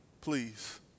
Please